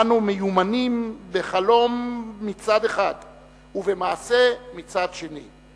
אנו מיומנים בחלום מצד אחד ובמעשה מצד שני,